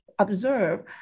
observe